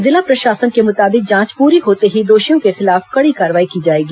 जिला प्रशासन के मुताबिक जांच पूरी होते ही दोषियों के खिलाफ कड़ी कार्रवाई की जाएगी